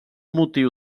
motiu